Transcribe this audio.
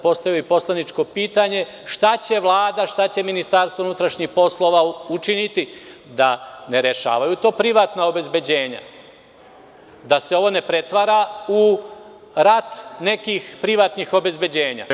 Postavio sam i poslaničko pitanje – šta će Vlada, šta će Ministarstvo unutrašnjih poslova učiniti da ne rešavaju to privatna obezbeđenja, da se ovo ne pretvara u rat nekih privatnih obezbeđenja?